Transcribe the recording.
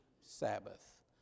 Sabbath